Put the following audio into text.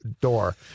door